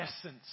essence